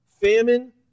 famine